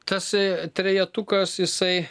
tasai trejetukas jisai